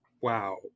wow